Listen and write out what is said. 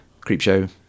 Creepshow